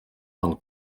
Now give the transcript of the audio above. del